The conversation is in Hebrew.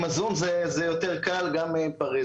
עם הזום זה יותר קל גם מפריס,